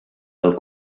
del